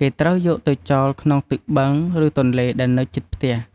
គេត្រូវយកទៅចោលក្នុងទឹកបឹង ឬទន្លេដែលនៅជិតផ្អះ។